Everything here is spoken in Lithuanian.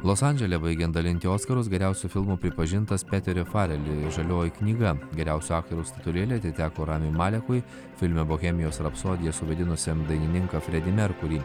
los andžele baigiant dalinti oskarus geriausiu filmu pripažintas peterio fareliui žalioji knyga geriausio aktoriaus statulėlė atiteko rami malekui filme bohemijos rapsodija suvaidinusiam dainininką fredį merkurį